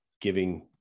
giving